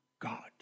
God